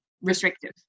restrictive